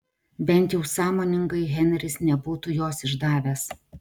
bent jau sąmoningai henris nebūtų jos išdavęs